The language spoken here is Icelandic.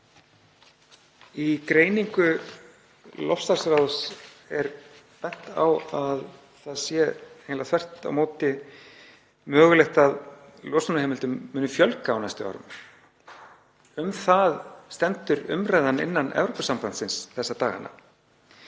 Í greiningu loftslagsráðs er bent á að það sé þvert á móti mögulegt að losunarheimildum muni fjölga á næstu árum. Um það stendur umræðan innan Evrópusambandsins þessa dagana.